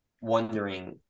wondering